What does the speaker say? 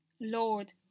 Lord